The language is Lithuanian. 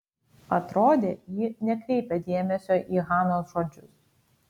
atrodė ji nekreipia dėmesio į hanos žodžius